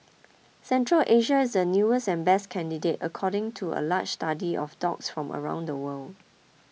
Central Asia is the newest and best candidate according to a large study of dogs from around the world